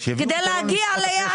כדי להגיע ליעד.